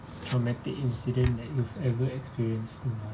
traumatic incident that you've ever experienced in life